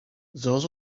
those